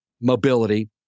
mobility